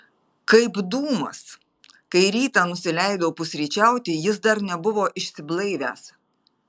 kaip dūmas kai rytą nusileidau pusryčiauti jis dar nebuvo išsiblaivęs